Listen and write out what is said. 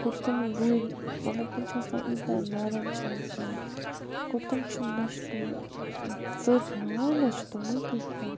گوٚو تِم گُرۍ مطلب تِم چھِ آسان ییٖتیٛاہ نَرم چھِ آسان گوٚو تِم چھِنہٕ نَہ چھِ تِم ژٔپۍ ہیٚوان نَہ چھِ تِم کیٚنٛہہ کَران